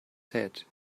said